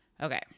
okay